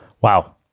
Wow